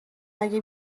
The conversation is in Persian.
مگه